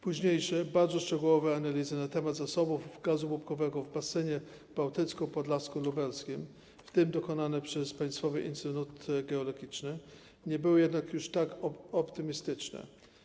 Późniejsze bardzo szczegółowe analizy dotyczące zasobów gazu łupkowego w basenie bałtycko-podlasko-lubelskim, w tym dokonane przez Państwowy Instytut Geologiczny, nie były jednak już tak optymistyczne.